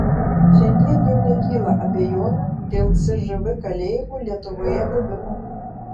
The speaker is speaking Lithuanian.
šiandien jau nekyla abejonių dėl cžv kalėjimų lietuvoje buvimo